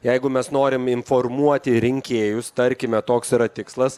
jeigu mes norim informuoti rinkėjus tarkime toks yra tikslas